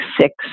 six